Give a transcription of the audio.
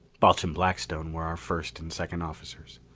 balch and blackstone were our first and second officers.